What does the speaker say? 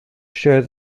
share